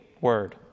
word